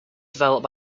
developed